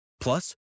plus